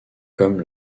comme